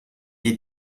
wir